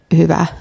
hyvä